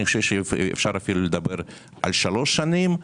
אני חושב שאפילו אפשר לדבר על שלוש שנים.